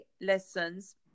lessons